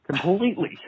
completely